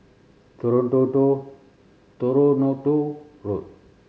Toronto Road